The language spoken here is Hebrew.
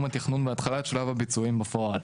התכנון והתחלת שלב הביצועים בפועל,